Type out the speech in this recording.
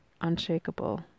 unshakable